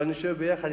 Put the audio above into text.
אולי נשב יחד,